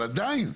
אבל עדיין,